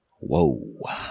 Whoa